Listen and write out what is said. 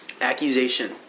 accusation